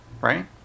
right